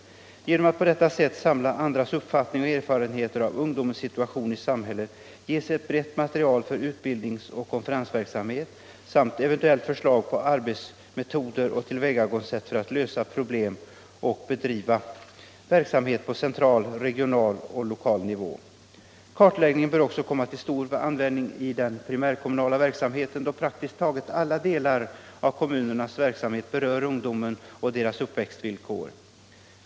Genom att på detta sätt samla andras uppfattning och erfarenheter av ungdomens situation i samhället har man fått ett brett material för utbildnings och konferensverksamhet samt eventuellt förslag på arbetsmetoder och tillvägagångssätt för att lösa problem och bedriva verksamhet på central, regional och lokal nivå. Kartläggningen bör också komma till stor användning i den primärkommunala verksamheten, då praktiskt taget alla delar av kommunernas verksamhet berör ungdomen och dess uppväxtvillkor.